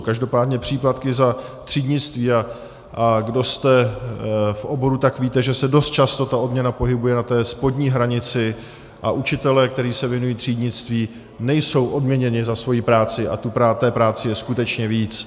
Každopádně příplatky za třídnictví, a kdo jste v oboru, tak víte, že se dost často ta odměna pohybuje na té spodní hranici a učitelé, kteří se věnují třídnictví, nejsou odměněni za svoji práci a té práce je skutečně víc.